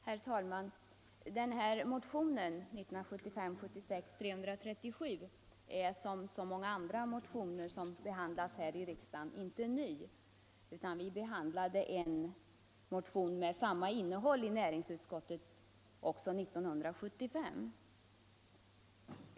Herr talman! Motionen 337 är, som så många andra motioner som behandlas här i riksdagen, inte ny. Vi behandlade en motion med samma innehåll i näringsutskottet också 1975.